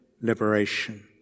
liberation